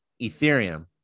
Ethereum